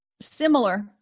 similar